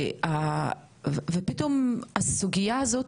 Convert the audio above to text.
ופתאום הסוגייה זאת,